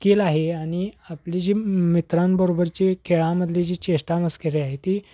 skill आहे आणि आपली जी मित्रांबरोबरची खेळामधली जी चेष्टामस्करी आहे ती